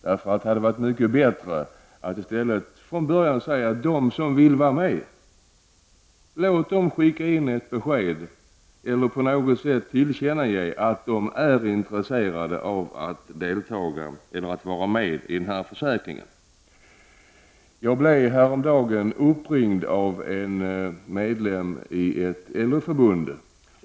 Det hade varit mycket bättre om man hade sagt att de som vill teckna denna försäkring får skicka in ett besked eller på annat sätt tillkännage att de är intresserade av att teckna denna försäkring. Jag blev häromdagen uppringd av en medlem i ett LO-förbund.